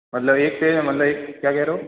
मतलब एक पेज मतलब एक क्या कह रहे हो